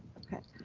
okay,